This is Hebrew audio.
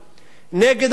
הם הולכים לדרום תל-אביב,